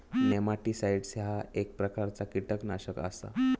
nematicides ह्या एक प्रकारचा कीटकनाशक आसा